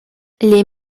les